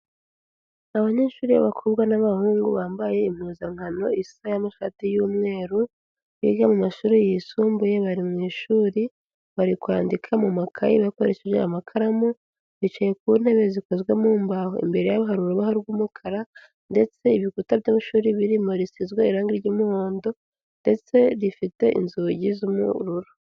Abanyeshuri b'abakobwa n'abahungu bambaye impuzankano isa y'amashati y'umweru, biga mu mashuri yisumbuye, bari mu ishuri, bari kwandika mu makayi bakoresheje amakaramu bicaye ku ntebe zikozwe mu mbahoho. Imbere yabo hari urubaho rw'umukara, ndetse ibikuta by'amashuri birimo risizwe irangi ry'umuhondo ndetse rifite inzugize z'ubururu.